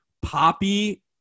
Poppy